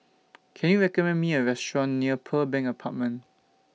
Can YOU recommend Me A Restaurant near Pearl Bank Apartment